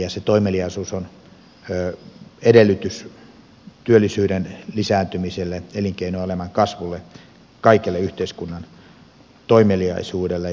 se toimeliaisuus on edellytys työllisyyden lisääntymiselle elinkeinoelämän kasvulle kaikelle yhteiskunnan toimeliaisuudelle